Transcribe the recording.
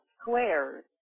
squares